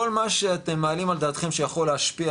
כל מה שאתם מעלים על דעתכם שיכול להשפיע